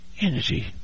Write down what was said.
energy